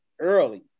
early